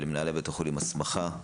מנהלי בתי החולים, הסמכה,